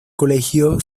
colegio